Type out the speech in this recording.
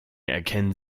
erkennen